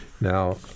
Now